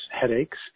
headaches